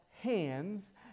hands